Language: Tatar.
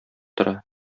тора